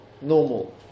normal